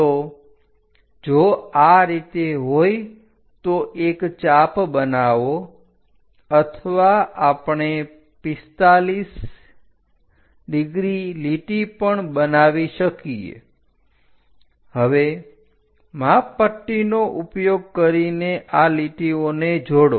તો જો આ રીતે હોય તો એક ચાપ બનાવો અથવા આપણે 45 લીટી પણ બનાવી શકીએ હવે માપપટ્ટીનો ઉપયોગ કરીને આ લીટીઓને જોડો